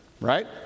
right